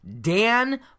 Dan